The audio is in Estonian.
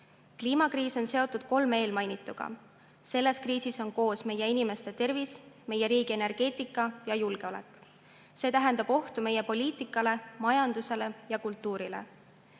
Kliimakriis on seotud kolme eelmainituga. Selles kriisis on koos meie inimeste tervis, meie riigi energeetika ja julgeolek. See tähendab ohtu meie poliitikale, majandusele ja kultuurile.